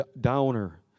downer